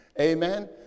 amen